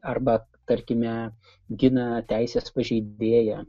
arba tarkime gina teisės pažeidėją